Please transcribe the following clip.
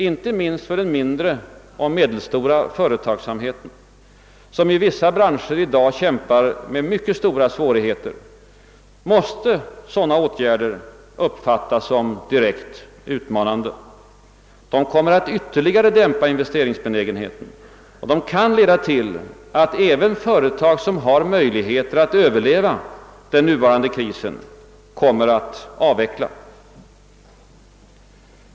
Inte minst för den mindre och medelstora företagsamheten, som inom vissa branscher i dag kämpar med mycket stora svårigheter, måste sådana åtgärder uppfattas som direkt utmanande. De kommer att ytterligare dämpa investeringsbenägenheten och kan leda till att även företag som har möjligheter att överleva den nuvarande krisen kommer att avveckla.